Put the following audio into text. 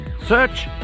Search